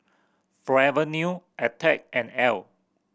Forever New Attack and Elle